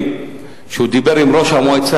ראש הממשלה